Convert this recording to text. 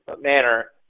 manner